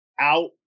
out